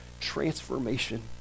transformation